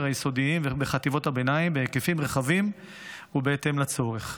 היסודיים ובחטיבות הביניים בהיקפים רחבים ובהתאם לצורך.